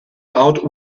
out